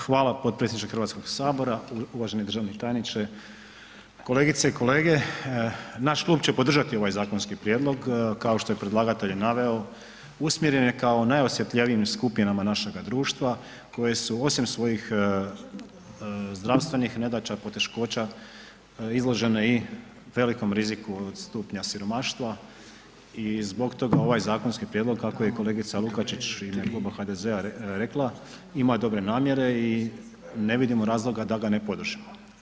Hvala potpredsjedniče HS, uvaženi državni tajniče, kolegice i kolege, naš klub će podržati ovaj zakonski prijedlog, kao što je predlagatelj i naveo, usmjeren je kao najosjetljivijim skupinama našega društva koje su osim svojih zdravstvenih nedaća, poteškoća izložene i velikom riziku od stupnja siromaštva i zbog toga ovaj zakonski prijedlog, kako je i kolegica Lukačić u ime Kluba HDZ-a rekla, ima dobre namjere i ne vidimo razloga da ga ne podržimo.